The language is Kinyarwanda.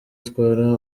itwara